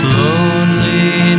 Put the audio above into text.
lonely